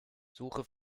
suche